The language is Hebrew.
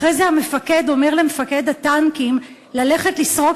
אחרי זה המפקד אומר למפקד הטנקים ללכת לסרוק